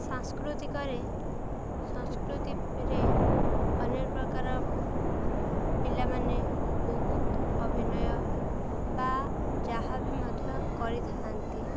ସାଂସ୍କୃତିକରେ ସଂସ୍କୃତିରେ ଅନେକ ପ୍ରକାର ପିଲାମାନେ ବହୁତ ଅଭିନୟ ବା ଯାହା ବିି ମଧ୍ୟ କରିଥାନ୍ତି